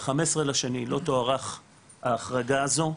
ב-15.2 לא תוארך ההחרגה הזו,